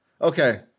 Okay